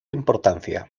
importancia